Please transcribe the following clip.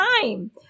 time